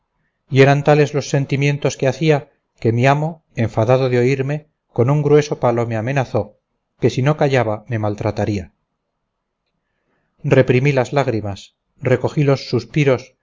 y eran tales los sentimientos que hacía que mi amo enfadado de oírme con un grueso palo me amenazó que si no callaba me maltrataría reprimí las lágrimas recogí los suspiros